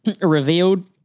revealed